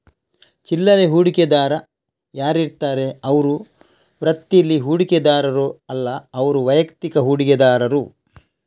ಚಿಲ್ಲರೆ ಹೂಡಿಕೆದಾರ ಯಾರಿರ್ತಾರೆ ಅವ್ರು ವೃತ್ತೀಲಿ ಹೂಡಿಕೆದಾರರು ಅಲ್ಲ ಅವ್ರು ವೈಯಕ್ತಿಕ ಹೂಡಿಕೆದಾರರು